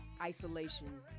isolation